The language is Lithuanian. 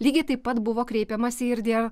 lygiai taip pat buvo kreipiamasi ir dėl